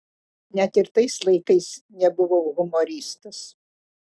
net ir tais laikais nebuvau humoristas